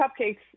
cupcakes